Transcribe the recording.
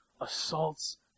assaults